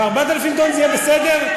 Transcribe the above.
ו-4,000 טונות זה יהיה בסדר?